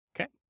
Okay